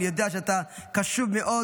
ואני יודע שאתה קשוב מאוד,